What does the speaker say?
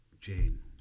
Jane